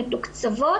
מתוקצבות,